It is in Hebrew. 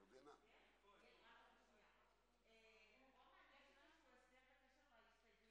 כי הונחו היום על שולחן הכנסת,